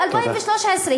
ב-2013.